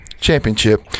Championship